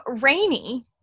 rainy